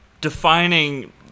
defining